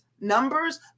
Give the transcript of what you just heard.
numbers